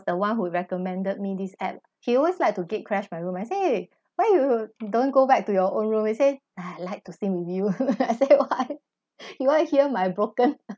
the one who recommended me this app he always like to gatecrash my room I say !hey! why you don't go back to your own room he say ah I like to stay with you why you want to hear my broken